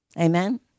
Amen